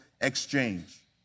exchange